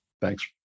Thanks